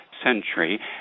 Century